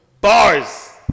Bars